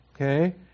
okay